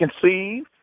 conceive